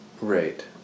Right